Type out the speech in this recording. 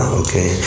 okay